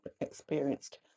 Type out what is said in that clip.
experienced